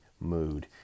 mood